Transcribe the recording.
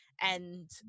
and-